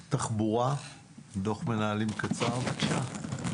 תחבורה, דוח מנהלים קצר בבקשה.